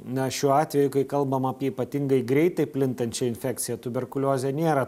na šiuo atveju kai kalbama apie ypatingai greitai plintančią infekciją tuberkuliozė nėra